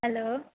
hello